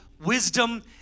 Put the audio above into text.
wisdom